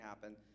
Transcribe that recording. happen